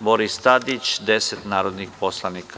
Boris Tadić, deset narodnih poslanika.